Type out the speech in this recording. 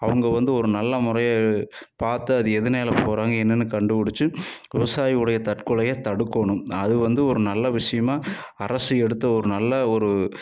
அவங்க வந்து ஒரு நல்ல முறையை பார்த்து அது எதனால போகறாங்க என்னன்னு கண்டுபுடிச்சு விவசாயி உடைய தற்கொலையை தடுக்கணும் அது வந்து ஒரு நல்ல விஷயமாக அரசு எடுத்த ஒரு நல்ல ஒரு